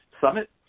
summit